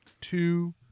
two